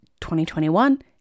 2021